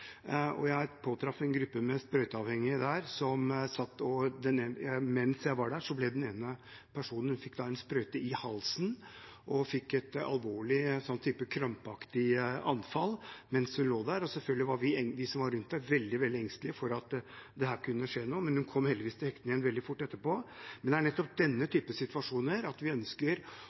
og jeg påtraff en gruppe med sprøyteavhengige. Mens jeg var der, fikk den ene personen en sprøyte i halsen og fikk et alvorlig krampaktig anfall mens hun lå der. Selvfølgelig var vi som var rundt dem, veldig, veldig engstelige for at det kunne skje noe, men hun kom heldigvis til hektene veldig fort etterpå. Det er nettopp i denne typen situasjoner vi ønsker